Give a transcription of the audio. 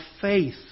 faith